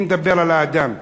אני מדבר על אדם.